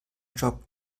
job